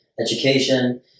education